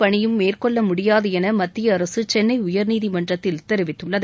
பணியும் மேற்கொள்ள முடியாது என மத்திய அரசு சென்னை உயர்நீதிமன்றத்தில் தெரிவித்துள்ளது